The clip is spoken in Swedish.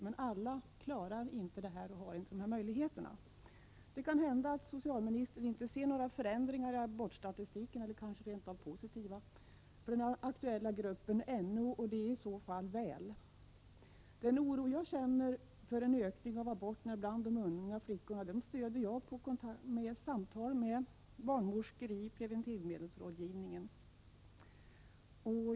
Men alla klarar inte av detta och har inte dessa möjligheter. Det kan hända att socialministern inte ser några förändringar i abortstatistiken eller att de rent av är positiva för den aktuella gruppen, och det är i så fall väl. Den oro som jag känner för en ökning av antalet aborter bland de unga flickorna stöder jag på samtal med barnmorskor vid preventivmedelsrådgivningen.